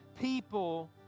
people